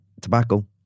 tobacco